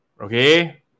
okay